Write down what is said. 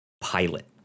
pilot